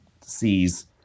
sees